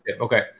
Okay